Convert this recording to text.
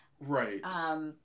Right